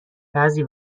بعضی